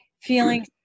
feeling